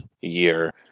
year